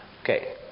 Okay